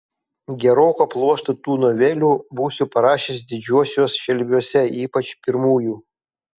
geroką pluoštą tų novelių būsiu parašęs didžiuosiuos šelviuose ypač pirmųjų